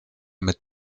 mit